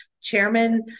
chairman